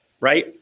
right